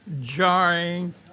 jarring